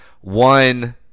one